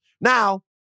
Now